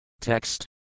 Text